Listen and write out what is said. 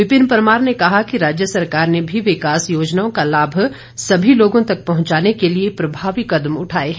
विपिन परमार ने कहा कि राज्य सरकार ने भी विकास योजनाओं का लाभ सभी लोगों तक पहुंचाने के लिए प्रभावी कदम उठाए हैं